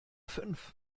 fünf